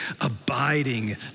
abiding